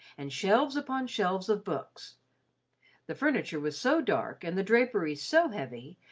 and shelves upon shelves of books the furniture was so dark, and the draperies so heavy,